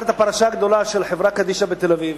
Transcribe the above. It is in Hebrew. את הפרשה הגדולה של חברה קדישא בתל-אביב?